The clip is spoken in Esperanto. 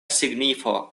signifo